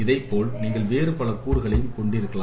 இதைப்போல் நீங்கள் வேறு பல கூறுகளையும் கொண்டிருக்கலாம்